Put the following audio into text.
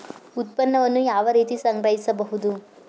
ಉತ್ಪನ್ನವನ್ನು ಯಾವ ರೀತಿ ಸಂಗ್ರಹಿಸಬಹುದು?